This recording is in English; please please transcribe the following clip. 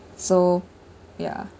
so ya